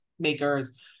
makers